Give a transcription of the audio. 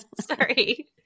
Sorry